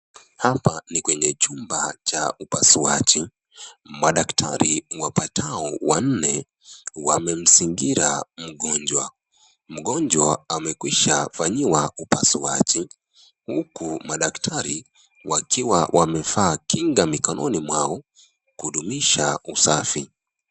Hapa ni kwenye chumba cha upasuaji, madaktari wapatao wanne wamemzingira mgonjwa. Mgonjwa amekwisha fanyiwa upasuaji huku madaktari wakiwa wamevaa kinga mikononi mwao kudumisha usafi.